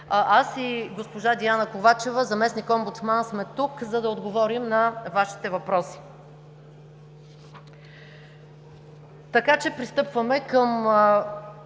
аз и госпожа Диана Ковачева – заместник-омбудсманът, сме тук, за да отговорим на Вашите въпроси. Пристъпваме към